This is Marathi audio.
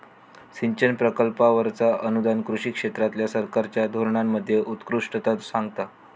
सिंचन प्रकल्पांवरचा अनुदान कृषी क्षेत्रातल्या सरकारच्या धोरणांमध्ये उत्कृष्टता सांगता